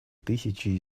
тысячи